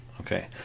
Okay